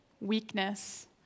weakness